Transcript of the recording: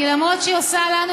כי למרות שהיא עושה לנו,